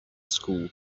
school